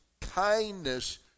kindness